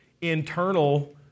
internal